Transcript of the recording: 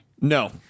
No